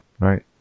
Right